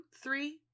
three